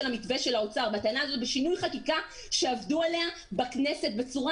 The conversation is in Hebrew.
המתווה של האוצר והטענה הזאת בשינוי חקיקה שעבדו עליה בכנסת בצורה